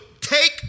take